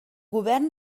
govern